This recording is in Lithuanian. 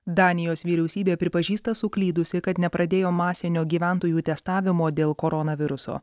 danijos vyriausybė pripažįsta suklydusi kad nepradėjo masinio gyventojų testavimo dėl koronaviruso